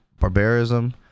barbarism